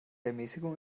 ermäßigung